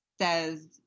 Says